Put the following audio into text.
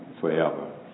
forever